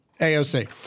AOC